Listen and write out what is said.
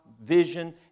Vision